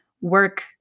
work